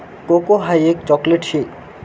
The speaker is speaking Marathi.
कोको हाई एक चॉकलेट शे